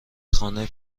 خانه